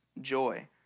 joy